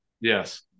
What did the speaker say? Yes